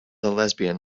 lesbian